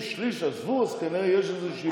כי אמרו, אם שליש עזבו אז כנראה יש איזושהי בעיה.